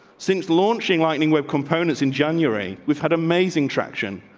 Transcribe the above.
since launching lightning, where components in january, we've had amazing traction.